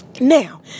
Now